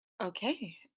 Okay